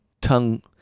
tongue